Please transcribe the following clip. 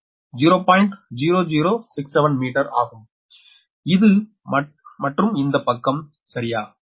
0067 metre ஆகும் இது மற்றும் இந்த பக்கம் சரியா